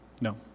No